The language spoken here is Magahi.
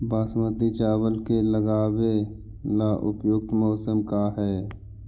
बासमती चावल के लगावे ला उपयुक्त मौसम का है?